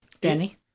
Danny